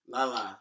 Lala